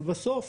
אבל בסוף